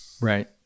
Right